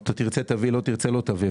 אתה תרצה, תביא ואם לא תרצה, לא תביא.